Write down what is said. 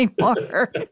anymore